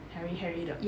hairy hairy 的